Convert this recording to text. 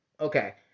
Okay